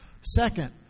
Second